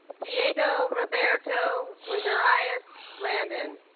diego roberto guimaraes-blandon